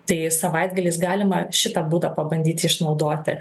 tai savaitgalis galima šitą būdą pabandyti išnaudoti